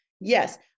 Yes